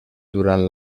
durant